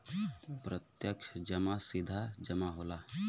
प्रत्यक्ष जमा सीधा जमा होला